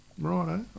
Right